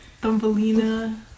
Thumbelina